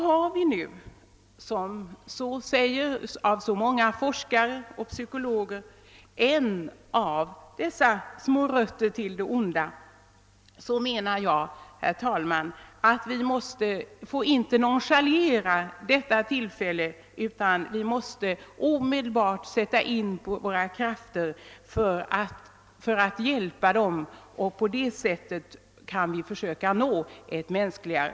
Har vi nu, som många läkare och psykologer säger, funnit en av rötterna till det onda, så menar jag, herr talman, att vi inte får nonchalera detta, utan vi måste omedelbart sätta in våra krafter för att hjälpa människorna och på det sättet försöka åstadkomma ett mänskligare